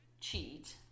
cheat